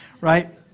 right